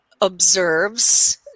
observes